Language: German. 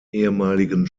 ehemaligen